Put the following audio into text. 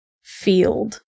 field